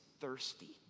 thirsty